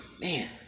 Man